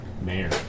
Mayor